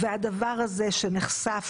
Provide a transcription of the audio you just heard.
והדבר הזה, שנחשף